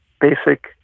basic